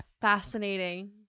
Fascinating